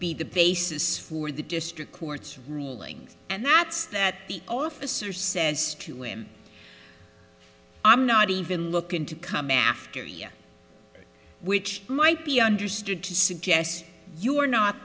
be the basis for the district court's rulings and that's that the officer says to him i'm not even looking to come after which might be understood to suggest you are not